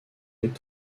and